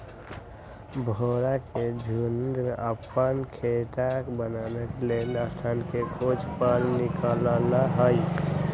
भौरा के झुण्ड अप्पन खोता बनाबे लेल स्थान के खोज पर निकलल हइ